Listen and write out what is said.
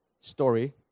story